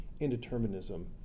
indeterminism